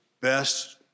best